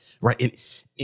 right